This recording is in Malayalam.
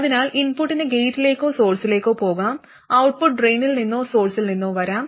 അതിനാൽ ഇൻപുട്ടിന് ഗേറ്റിലേക്കോ സോഴ്സിലേക്കോ പോകാം ഔട്ട്പുട്ട് ഡ്രെയിനിൽ നിന്നോ സോഴ്സിൽ നിന്നോ വരാം